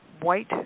white